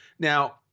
Now